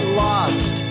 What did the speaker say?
lost